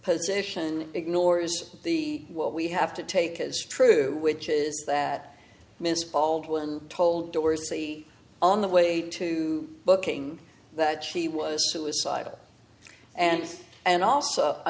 position ignores the what we have to take as true which is that miss baldwin told dorsey on the way to booking that she was suicidal and and also i